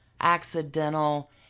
accidental